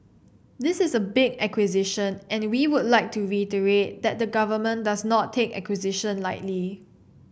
this is a big acquisition and we would like to reiterate that the government does not take acquisition lightly